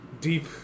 deep